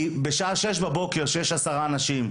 כי בשעה בבוקר כשיש עשרה אנשים,